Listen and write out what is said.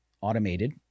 automated